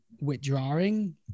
withdrawing